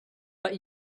but